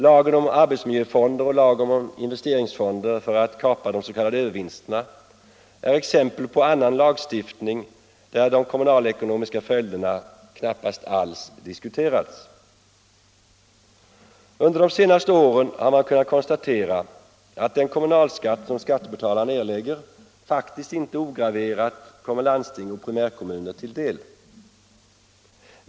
Lagen om arbetsmiljöfonder och lagen om investeringsfonder för att kapa de s.k. övervinsterna är exempel på annan lagstiftning, där de kommunalekonomiska följderna knappast alls diskuterats. Under de senaste åren har man kunnat konstatera att den kommunalskatt som skattebetalarna erlägger faktiskt inte ograverad kommer landsting och primärkommuner till del.